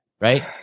Right